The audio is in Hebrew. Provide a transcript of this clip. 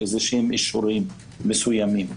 איזה שהם אישורים מסוימים.